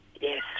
Yes